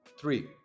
Three